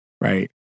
Right